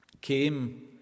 came